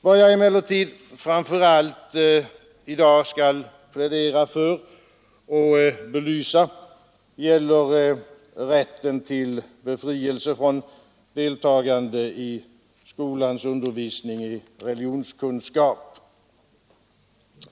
Vad jag emellertid i dag framför allt skall plädera för och belysa gäller rätten till befrielse från deltagande i skolans undervisning i religionskunskap.